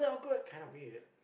it's kinda weird